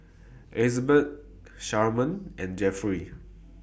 Elizabet Sharman and Jeffrey